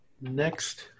Next